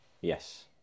Yes